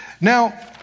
Now